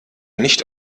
nicht